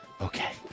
Okay